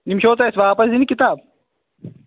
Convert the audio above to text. یِم چھَوا تۄہہِ اَسہِ واپَس دِنہٕ کِتاب